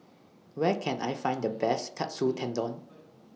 Where Can I Find The Best Katsu Tendon